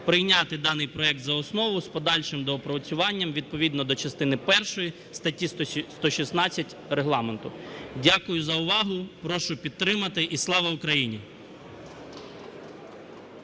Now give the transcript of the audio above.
прийняти даний проект за основу з подальшим доопрацюванням відповідно до частини першої статті 116 Регламенту. Дякую за увагу. Прошу підтримати. І слава Україні!